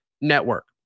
network